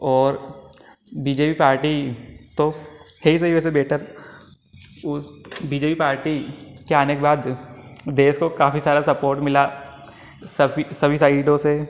ओर B J P party तो हे ही सही वैसे बैटर वो बी जे पी पार्टी के आने के बाद देश को काफ़ी सारा सपोर्ट मिला सफी सभी साइडों से